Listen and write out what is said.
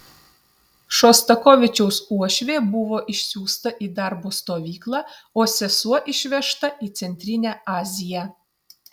šostakovičiaus uošvė buvo išsiųsta į darbo stovyklą o sesuo išvežta į centrinę aziją